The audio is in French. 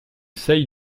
seye